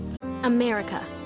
America